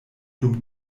dum